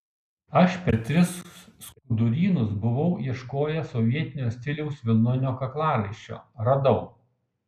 aš per tris skudurynus buvau ieškojęs sovietinio stiliaus vilnonio kaklaraiščio radau